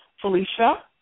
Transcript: Felicia